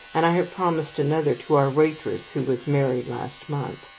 and i have promised another to our waitress who was married last month.